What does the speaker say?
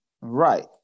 Right